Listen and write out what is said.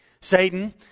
Satan